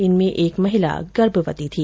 इनमें एक महिला गर्भवती थी